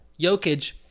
Jokic